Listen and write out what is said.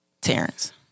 Terrence